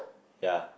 ya